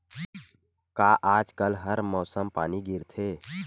का आज कल हर मौसम पानी गिरथे?